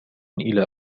إلى